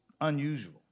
unusual